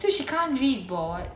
what so she can't read board